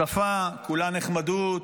שפה, כולה נחמדות,